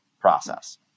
process